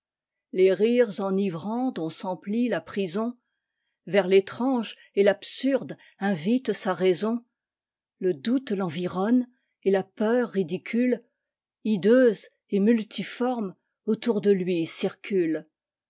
les rires enivrants dont s'emplit la prisonvers l'étrange et l'absurde invitent sa raison le doute l'environne et la peur ridicule hideuse et multiforme autour de lui circule